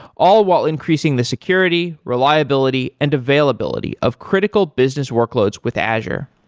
all while increasing the security, reliability and availability of critical business workloads with azure.